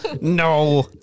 no